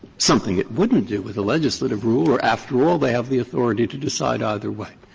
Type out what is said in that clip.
something it wouldn't do with a legislative rule, or after all, they have the authority to decide either way.